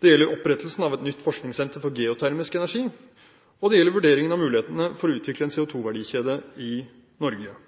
det gjelder opprettelsen av et nytt forskningssenter for geotermisk energi, og det gjelder vurderingen av mulighetene for å utvikle en CO2-verdikjede i Norge.